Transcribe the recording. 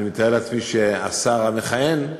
אני מתאר לעצמי שהשר המכהן,